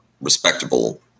respectable